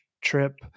trip